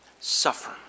suffer